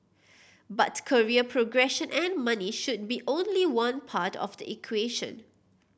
but career progression and money should be only one part of the equation